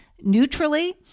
neutrally